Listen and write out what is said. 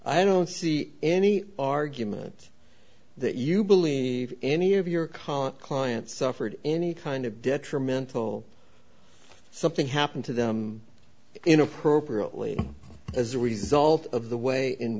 i don't see any argument that you believe any of your college clients suffered any kind of detrimental something happened to them in appropriately as a result of the way in